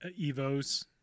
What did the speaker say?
evos